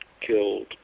killed